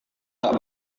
nggak